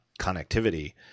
connectivity